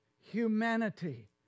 humanity